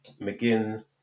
McGinn